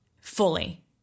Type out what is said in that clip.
fully